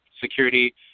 security